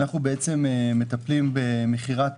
אנחנו מטפלים במכירת